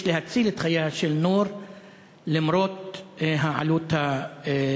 יש להציל את חייה של נור למרות העלות הכספית.